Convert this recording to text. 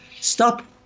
Stop